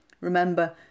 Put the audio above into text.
Remember